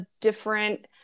different